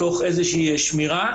כדי שמירה.